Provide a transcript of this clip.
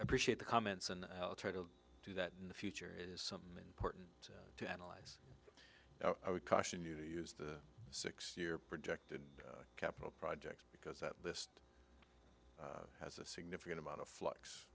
appreciate the comments and i'll try to do that in the future is something important to analyze i would caution you to use the six year projected capital project because that list has a significant amount of flux